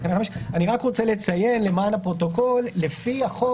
אני רק רוצה לציין למען הפרוטוקול שלפי החוק,